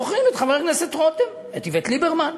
זוכרים את חבר הכנסת רותם, את איווט ליברמן.